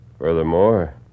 Furthermore